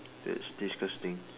that's disgusting